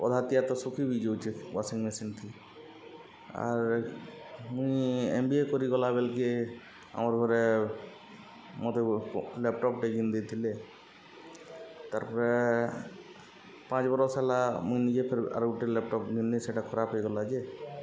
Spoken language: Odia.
ଅଧାତିଆ ତ ଶୁଖି ବିି ଯଉଚେ ୱାଶସିଂ ମେସିନ୍ଥି ଆର୍ ମୁଇଁ ଏମ୍ ବି ଏ କରିଗଲା ବେଲ୍କେ ଆମର୍ ଘରେ ମତେ ଲ୍ୟାପ୍ଟପ୍ଟେ ଘିନ୍ ଦେଇଥିଲେ ତାର୍ ପରେ ପାଞ୍ଚ୍ ବରଷ୍ ହେଲା ମୁଇଁ ନିଜେ ଫେର୍ ଆରୁ ଗୁଟେ ଲ୍ୟାପ୍ଟପ୍ ଘିନ୍ନି ସେଟା ଖରାପ୍ ହେଇଗଲା ଯେ